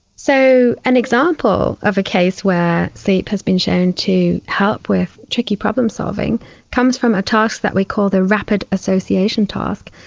so an example of a case where sleep has been shown to help with tricky problem-solving comes from a task that we call the rapid association task,